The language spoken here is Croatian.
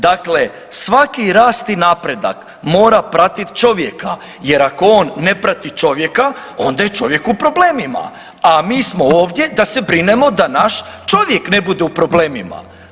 Dakle, svaki rast i napredak mora pratit čovjeka, jer ako on ne prati čovjeka onda je čovjek u problemima, a mi smo ovdje da se brinemo da naš čovjek ne bude u problemima.